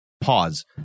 Pause